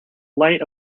light